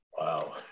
Wow